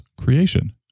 creation